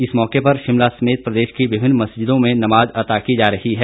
इस मौके पर शिमला समेत प्रदेश की विभिन्न मस्जिदों में नमाज अता की जा रही है